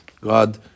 God